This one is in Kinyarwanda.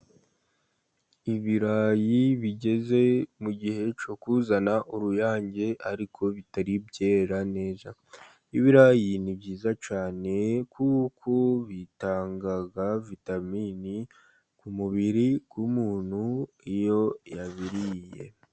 Ibirayi bigeze mu gihe cyo kuzana uruyange, ariko bitari byera neza. Ibirayi ni byiza cyane kuko bitanga vitamini ku mubiri w'umuntu iyo yabiriye.